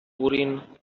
urim